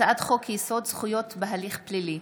הצעת חוק-יסוד: זכויות בהליך פלילי.